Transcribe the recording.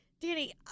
Danny